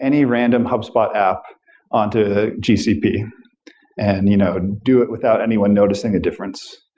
any random hubspot app on to gcp and you know do it without anyone noticing a difference?